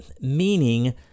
meaning